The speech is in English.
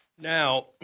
Now